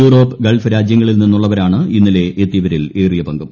Europe Gulf രാജ്യങ്ങളിൽ നിന്നുള്ളവരാണ് ഇന്നലെ എത്തിയവരിൽ ഏറിയപങ്കും